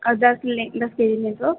और दस लें दस ले लें तो